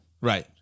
right